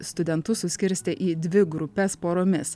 studentus suskirstė į dvi grupes poromis